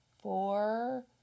four